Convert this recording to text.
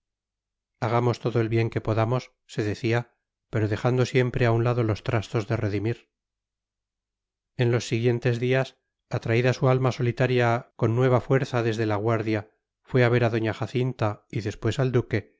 hagamos todo el bien que podamos se decía pero dejando siempre a un lado los trastos de redimir en los siguientes días atraída su alma solitaria con nueva fuerza desde la guardia fue a ver a doña jacinta y después al duque